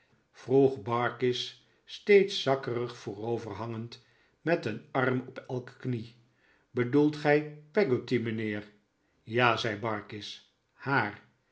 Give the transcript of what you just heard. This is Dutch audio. barkis steeds zakkerig voorover hangend met een arm op elke knie bedoelt gij peggotty mijnheer ja zei barkis haar